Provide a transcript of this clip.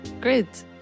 great